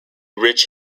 rich